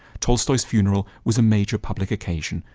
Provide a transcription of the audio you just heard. tolstoy's funeral was a major public occasion.